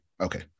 Okay